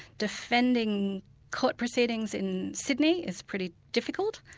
defending court proceedings in sydney is pretty difficult.